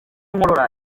inkorora